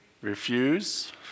Refuse